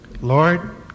Lord